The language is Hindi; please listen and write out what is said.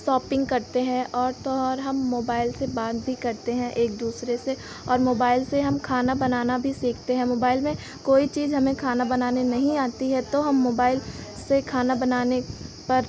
सॉपिंग करते हैं और तो और हम मोबाइल से बात भी करते हैं एक दूसरे से और मोबाइल से हम खाना बनाना भी सीखते हैं मोबाइल में कोई चीज़ हमें खाना बनाने नहीं आती है तो हम मोबाइल से खाना बनाने पर